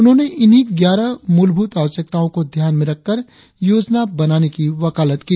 उन्होंने इन्ही ग्यारह मूल भूत आवश्यकताओं को ध्यान में रखकर योजना बनाने की वकालत की